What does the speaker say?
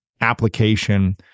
application